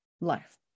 life